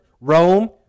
Rome